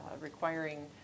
requiring